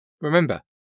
Remember